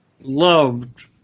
loved